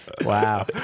Wow